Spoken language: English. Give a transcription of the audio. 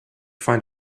find